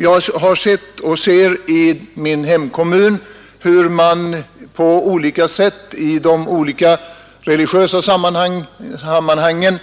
Jag har sett och ser i min hemkommun hur man på olika sätt i de religiösa sammanhangen,